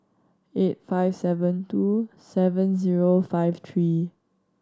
eight five seven two seven zero five three